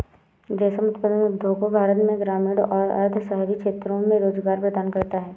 रेशम उत्पादन उद्योग भारत में ग्रामीण और अर्ध शहरी क्षेत्रों में रोजगार प्रदान करता है